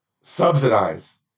subsidize